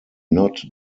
not